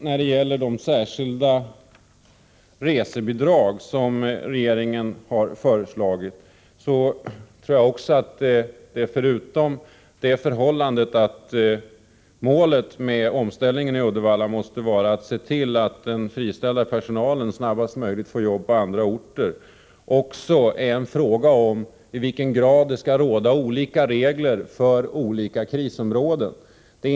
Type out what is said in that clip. När det sedan gäller de särskilda resebidrag som regeringen har föreslagit tror jag att det är, förutom det förhållandet att målet med omställningen i Uddevalla måste vara att se till att den friställda personalen snarast möjligt får arbete på andra orter, också är fråga om i vilken grad olika regler skall gälla för olika krisområden.